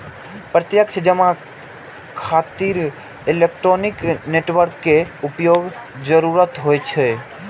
प्रत्यक्ष जमा खातिर इलेक्ट्रॉनिक नेटवर्क के उपयोगक जरूरत होइ छै